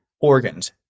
organs